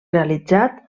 realitzat